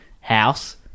house